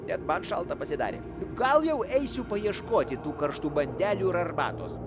net man šalta pasidarė gal jau eisiu paieškoti tų karštų bandelių ir arbatos